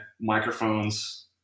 microphones